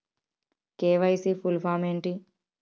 KYC full form ఏంటి?